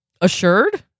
Assured